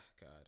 God